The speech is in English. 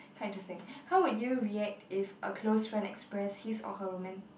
quite interesting how would you react if a close friend expressed his or her roman~